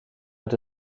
met